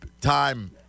time